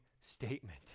statement